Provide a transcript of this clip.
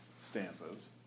stanzas